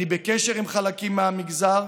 אני בקשר עם חלקים מהמגזר,